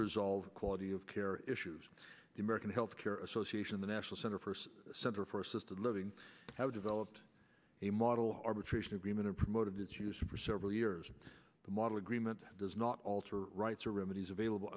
resolve quality of care issues the american health care association the national center for the center for assisted living have developed a model arbitration agreement promoted it used for several years and the model agreement does not alter rights or remedies available